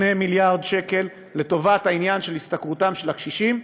מיליארד שקל לטובת עניין השתכרותם של הקשישים.